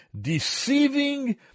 deceiving